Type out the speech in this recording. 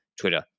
Twitter